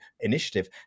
initiative